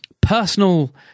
personal